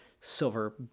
silver